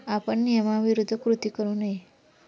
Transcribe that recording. आपण नियमाविरुद्ध कृती करू नये